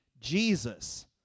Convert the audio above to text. Jesus